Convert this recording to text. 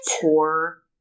poor